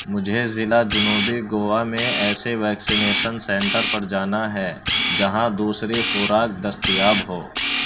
مجھے ضلع جنوبی گوا میں ایسے ویکسینیشن سینٹر پر جانا ہے جہاں دوسری خوراک دستیاب ہو